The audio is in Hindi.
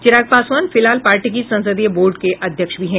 चिराग पासवान फिलहाल पार्टी की संसदीय बोर्ड के अध्यक्ष भी हैं